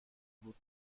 بود